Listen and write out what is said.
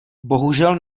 bohužel